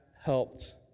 helped